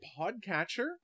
podcatcher